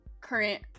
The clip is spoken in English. current